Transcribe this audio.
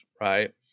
right